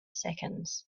seconds